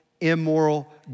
immoral